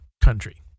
country